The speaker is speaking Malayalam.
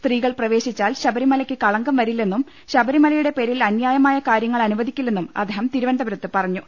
സ്ത്രീകൾ പ്രവേശിച്ചാൽ ശബരിമലയ്ക്ക് കളങ്കം വരില്ലെന്നും ശബരിമലയുടെ പേരിൽ അന്യായമായ കാര്യങ്ങൾ അനുവദിക്കില്ലെന്നും അദ്ദേഹം തിരുവനന്തപുരത്ത് പറഞ്ഞു